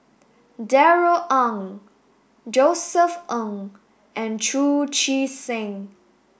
Darrell Ang Josef Ng and Chu Chee Seng